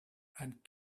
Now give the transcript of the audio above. and